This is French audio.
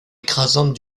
écrasante